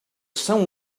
some